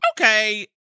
Okay